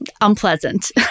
unpleasant